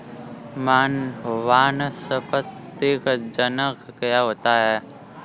वानस्पतिक जनन क्या होता है?